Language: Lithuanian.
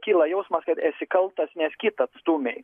kyla jausmas kad esi kaltas nes kitą atstūmei